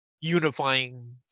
unifying